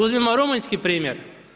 Uzmimo rumunjski primjer.